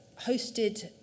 hosted